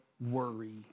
worry